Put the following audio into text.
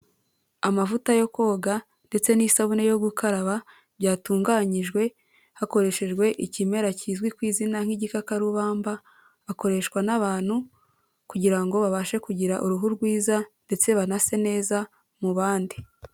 Amavuta yo koga ndetse n'isabune yo gukaraba byatunganyijwe hakoreshejwe ikimera kizwi ku izina nk'igikakarubamba, akoreshwa n'abantu kugira ngo babashe kugira uruhu rwiza ndetse banase neza mu bandi.